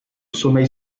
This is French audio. sommeil